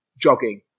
jogging